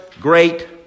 great